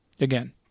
Again